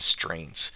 constraints